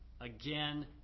again